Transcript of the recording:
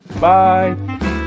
Bye